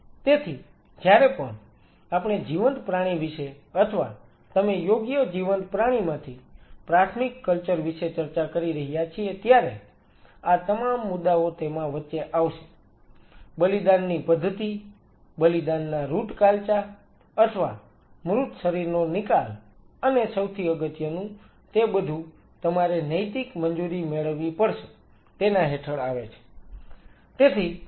તેથી જ્યારે પણ આપણે જીવંત પ્રાણી વિશે અથવા તમે યોગ્ય જીવંત પ્રાણીમાંથી પ્રાથમિક કલ્ચર વિશે ચર્ચા કરી રહ્યા છીએ ત્યારે આ તમામ મુદ્દાઓ તેમાં વચ્ચે આવશે બલિદાનની પદ્ધતિ બલિદાનના રુટ કાલચા અથવા મૃત શરીરનો નિકાલ અને સૌથી અગત્યનું તે બધુ તમારે નૈતિક મંજૂરી મેળવવી પડશે તેના હેઠળ આવે છે